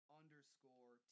underscore